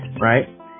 right